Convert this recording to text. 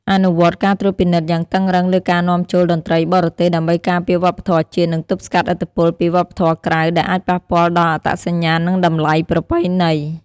អនុវត្តការត្រួតពិនិត្យយ៉ាងតឹងរឹងលើការនាំចូលតន្ត្រីបរទេស ដើម្បីការពារវប្បធម៌ជាតិ និងទប់ស្កាត់ឥទ្ធិពលពីវប្បធម៌ក្រៅ ដែលអាចប៉ះពាល់ដល់អត្តសញ្ញាណ និងតម្លៃប្រពៃណី។